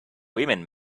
women